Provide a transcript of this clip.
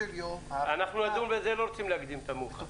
לא רוצים להקדים את המאוחר.